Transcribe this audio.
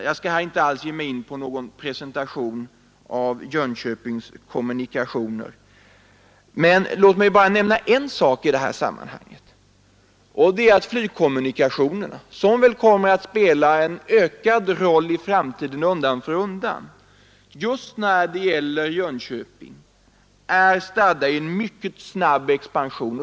Jag skall inte alls ge mig in på någon presentation av Jönköpings kommunikationer, men låt mig bara nämna en sak i sammanhanget. Flygkommunikationerna, som väl undan för undan kommer att spela en ökad roll i framtiden, är när det gäller Jönköping stadda i mycket snabb expansion.